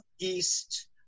east